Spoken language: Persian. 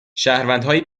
شهروندهایی